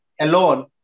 alone